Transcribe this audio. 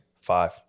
Five